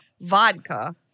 vodka